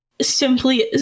simply